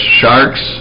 sharks